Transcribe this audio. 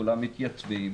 כולם מתייצבים,